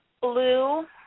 blue